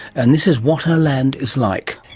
and this is what her land is like.